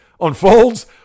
unfolds